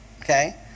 Okay